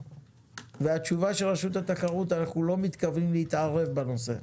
והתשובה של רשות התחרות אנחנו לא מתכוונים להתערב בנושא.